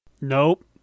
Nope